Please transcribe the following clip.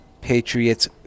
Patriots